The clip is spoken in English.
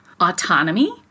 autonomy